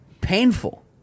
painful